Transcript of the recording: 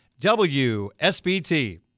WSBT